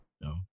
no